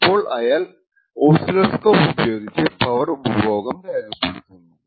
അപ്പോൾ അയാൾ ഓസില്ലോസ്കോപ് ഉപയോഗിച്ച് പവർ ഉപഭോഗം രേഖപ്പെടുത്തുന്നു